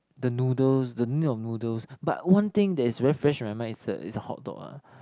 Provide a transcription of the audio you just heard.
the noodles the name of noodles but one thing that is very fresh on my mind is a is a hot dog ah